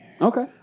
Okay